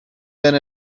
been